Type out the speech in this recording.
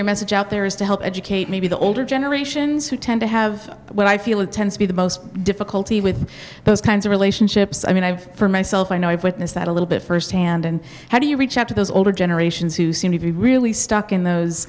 your message out there is to help educate maybe the older generations who tend to have when i feel it tends to be the most difficulty with those kinds of relationships i mean i have for myself i know it witness that a little bit firsthand and how do you reach out to those older generations who seem to be really stuck in those